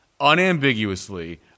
unambiguously